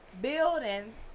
buildings